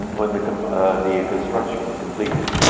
and when the the construction was completed,